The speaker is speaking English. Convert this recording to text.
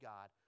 God